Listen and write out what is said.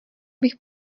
bych